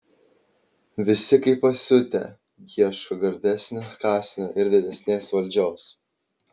visi kaip pasiutę ieško gardesnio kąsnio ir didesnės valdžios